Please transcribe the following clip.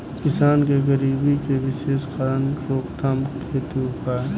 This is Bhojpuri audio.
किसान के गरीबी के विशेष कारण रोकथाम हेतु उपाय?